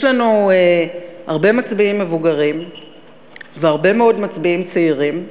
יש לנו הרבה מצביעים מבוגרים והרבה מאוד מצביעים צעירים,